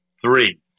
Three